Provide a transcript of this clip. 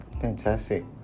Fantastic